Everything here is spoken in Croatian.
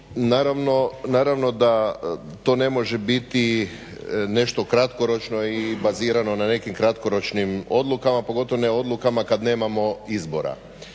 naravno da to ne može biti nešto kratkoročno i bazirano na nekim kratkoročnim odlukama, pogotovo ne odlukama kad nemamo izbora.